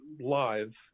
live